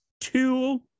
two